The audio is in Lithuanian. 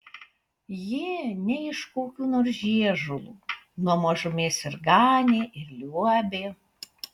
ji ne iš kokių nors žiežulų nuo mažumės ir ganė ir liuobė